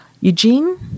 Eugene